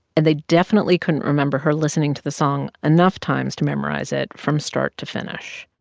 and they definitely couldn't remember her listening to the song enough times to memorize it from start to finish